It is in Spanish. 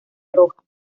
roja